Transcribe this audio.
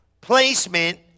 placement